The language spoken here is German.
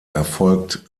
erfolgt